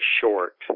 short